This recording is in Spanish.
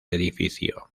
edificio